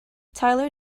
tyler